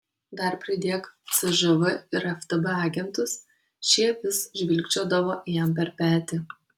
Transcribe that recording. dar pridėk cžv ir ftb agentus šie vis žvilgčiodavo jam per petį